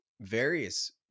various